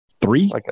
three